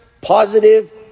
positive